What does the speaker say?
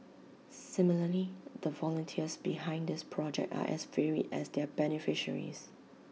similarly the volunteers behind this project are as varied as their beneficiaries